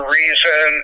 reason